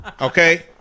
okay